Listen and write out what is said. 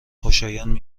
خوشایند